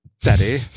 Daddy